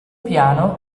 piano